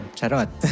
Charot